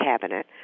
cabinet